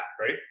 Right